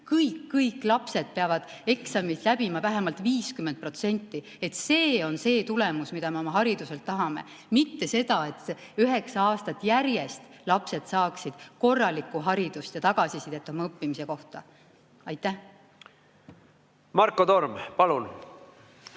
kõik-kõik-kõik lapsed peavad eksami läbima vähemalt 50%, et see on see tulemus, mida me oma hariduselt tahame, mitte see, et üheksa aastat järjest lapsed saaksid korralikku haridust ja tagasisidet oma õppimise kohta. Aitäh! Mul on